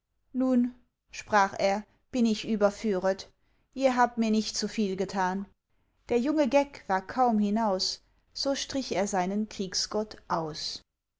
nun sprach er bin ich überführet ihr habt mir nicht zuviel getan der junge geck war kaum hinaus so strich er seinen kriegsgott aus